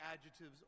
adjectives